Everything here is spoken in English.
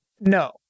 No